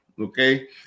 Okay